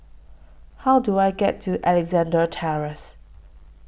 How Do I get to Alexandra Terrace